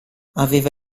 aveva